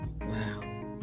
wow